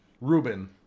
Ruben